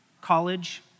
college